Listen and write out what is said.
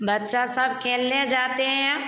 बच्चा सब खेलने जाते हैं